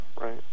right